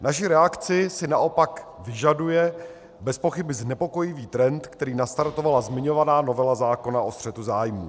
Naši reakci si naopak vyžaduje bezpochyby znepokojivý trend, který nastartovala zmiňovaná novela zákona o střetu zájmů.